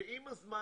שעם הזמן,